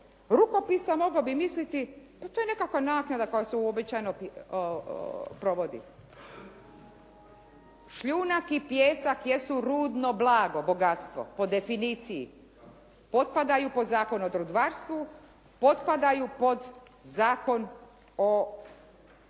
rukopisa mogao bi misliti pa to je nekakav naknada pa se uobičajeno provodi. Šljunak i pijesak jesu rudno blago, bogatstvo, po definiciji, potpadaju pod Zakon o …/Govornik se ne razumije./… potpadaju pod Zakon o